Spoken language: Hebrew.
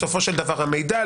בסופו של דבר המידע,